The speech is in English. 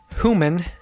human